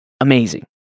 amazing